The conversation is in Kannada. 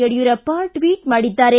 ಯಡ್ಕೂರಪ್ಪ ಟ್ವಟ್ ಮಾಡಿದ್ದಾರೆ